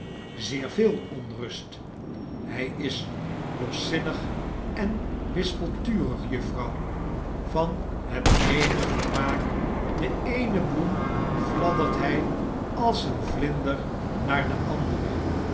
zeer veel onrust hij is loszinnig en wispelturig juffrouw van het eene vermaak de eene bloem fladdert hij als een vlinder naar de andere